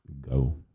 go